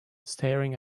staring